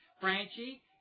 Franchi